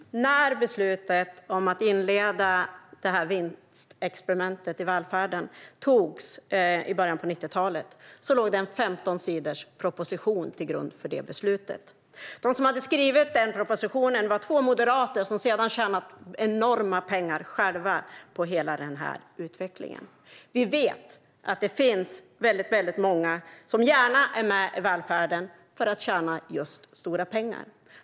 Herr talman! När beslutet om att inleda vinstexperimentet i välfärden togs i början på 90-talet låg en 15 sidor lång proposition till grund för det. De som hade skrivit propositionen var två moderater, som sedan själva har tjänat enormt stora pengar på hela utvecklingen. Vi vet att det finns väldigt många som är med i välfärden just för att tjäna stora pengar.